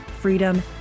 freedom